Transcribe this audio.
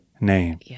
name